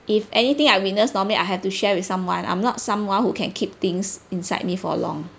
if anything I witness normally I have to share with someone I'm not someone who can keep things inside me for a long